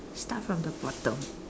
start from the bottom